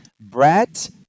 Brett